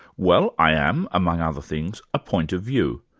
well, i am, among other things, a point of view,